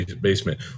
basement